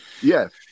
Yes